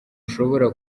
ushobora